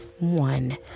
one